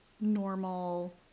normal